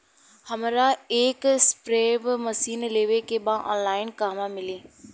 हमरा एक spray machine लेवे के बा ऑनलाइन कहवा मिली?